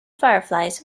fireflies